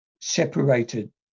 separated